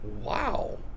Wow